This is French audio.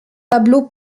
pablo